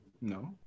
No